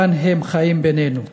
כאן הם חיים בינינו.